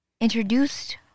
introduced